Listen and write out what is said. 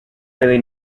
really